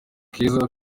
keza